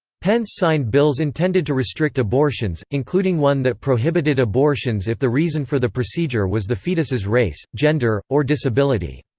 pence signed bills intended to restrict abortions, including one that prohibited abortions if the reason for the procedure was the fetus's race, gender, or disability.